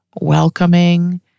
welcoming